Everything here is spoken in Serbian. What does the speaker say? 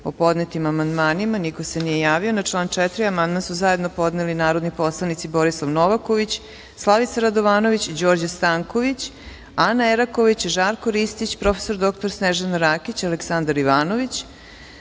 o podnetim amandmanima. Niko se nije javio. Na član 4. amandman su zajedno podneli narodni poslanici Borislav Novaković, Slavica Radovanović, Đorđe Stanković, Ana Eraković, Žarko Ristić, prof. dr Snežana Rakić, Aleksandar Ivanović,